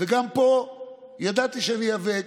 וגם פה ידעתי שאני איאבק.